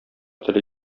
теле